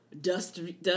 dusty